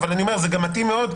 אבל זה גם מתאים מאוד,